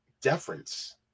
deference